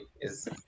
is-